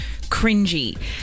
cringy